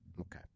Okay